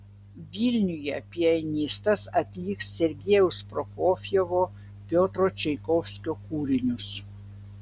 vilniuje pianistas atliks sergejaus prokofjevo piotro čaikovskio kūrinius